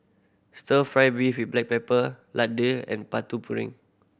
Stir Fry beef with black pepper laddu and Putu Piring